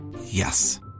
Yes